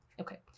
okay